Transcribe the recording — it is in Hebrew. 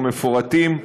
המפורטים בהחלטה.